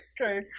Okay